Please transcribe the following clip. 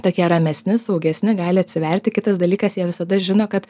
tokie ramesni saugesni gali atsiverti kitas dalykas jie visada žino kad